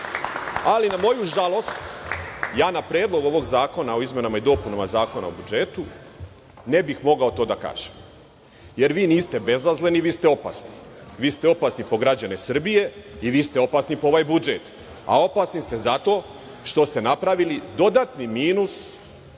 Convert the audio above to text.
na moju žalost, ja na Predlog ovog zakona o izmenama i dopunama Zakona o budžetu ne bih mogao to da kažem, jer vi niste bezazleni, vi ste opasni. Vi ste opasni po građene Srbije i vi ste opasni po ovaj budžet, a opasni ste zato što ste napravili dodatni minus,